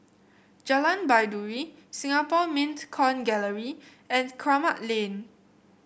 Jalan Baiduri Singapore Mint Coin Gallery and Kramat Lane